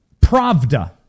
Pravda